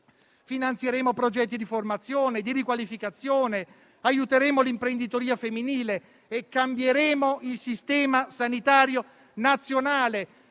Finanzieremo progetti di formazione e di riqualificazione, aiuteremo l'imprenditoria femminile e cambieremo il sistema sanitario nazionale,